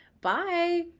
Bye